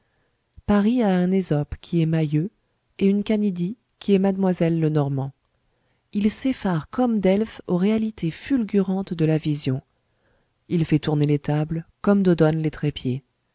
paris a un ésope qui est mayeux et une canidie qui est mademoiselle lenormand il s'effare comme delphes aux réalités fulgurantes de la vision il fait tourner les tables comme dodone les trépieds